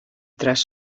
tras